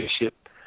leadership